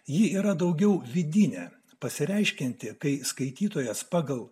ji yra daugiau vidinė pasireiškianti kai skaitytojas pagal